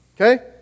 Okay